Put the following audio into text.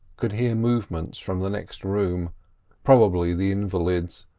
could hear movements from the next room probably the invalid's,